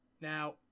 Now